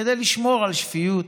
כדי לשמור על שפיות,